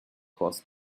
cross